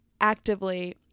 actively